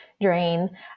drain